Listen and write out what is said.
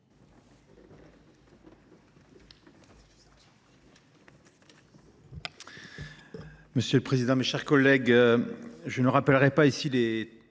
Merci